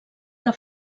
que